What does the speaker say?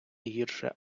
гірше